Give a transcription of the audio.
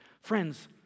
Friends